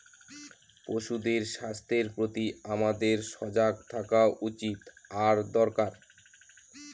পশুদের স্বাস্থ্যের প্রতি আমাদের সজাগ থাকা উচিত আর দরকার